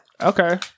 Okay